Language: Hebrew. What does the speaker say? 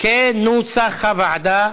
כנוסח הוועדה.